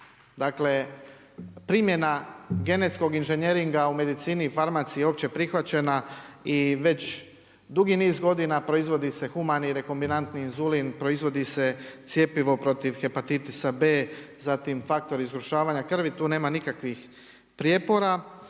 Dakle, primjena genetskog inženjeringa u medicini i farmaciji je opće prihvaćena i već dugi niz godina proizvodi se humani i rekombinantni inzulin, proizvodi se cjepivo protiv hepatitisa B, zatim faktor zgrušavanja krvi. Tu nema nikakvih prijepora,